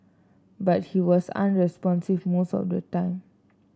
but he was unresponsive most of the time